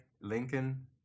Lincoln